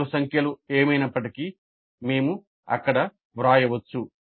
అసలు సంఖ్యలు ఏమైనప్పటికీ మేము అక్కడ వ్రాయవచ్చు